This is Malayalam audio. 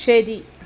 ശരി